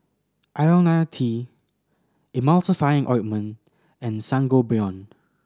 Ionil T Emulsying Ointment and Sangobion